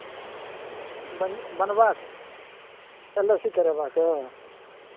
बन बनबाक L I C करेबाक अइ